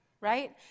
right